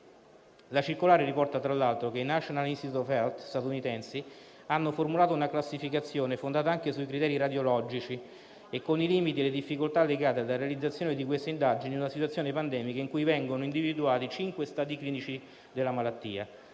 La circolare riporta, tra l'altro, che i National Institutes of Health statunitensi hanno formulato una classificazione fondata anche sui criteri radiologici e con i limiti e le difficoltà legate alla realizzazione di questa indagine in una situazione pandemica in cui vengono individuati cinque stadi clinici della malattia.